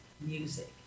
music